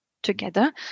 Together